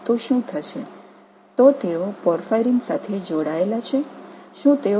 மற்றொரு முக்கியமான விஷயம் என்னவென்றால் அவை பிணைக்கப்பட்டு பார்பயரினுடன் இணைக்கப்பட்டால் என்ன நடக்கப் போகிறது